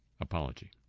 apology